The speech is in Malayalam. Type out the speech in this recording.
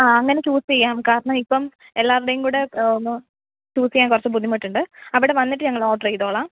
ആ അങ്ങനെ ചൂസ്സ് ചെയ്യാം കാരണം ഇപ്പം എല്ലാവരുടേയും കൂടെ ഒന്ന് ചൂസ്സ് ചെയ്യാൻ കുറച്ച് ബുദ്ധിമുട്ടുണ്ട് അവിടെ വന്നിട്ട് ഞങ്ങൾ ഓഡ്റ് ചെയ്തോളാം